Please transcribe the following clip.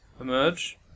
emerge